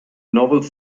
novels